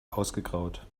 ausgegraut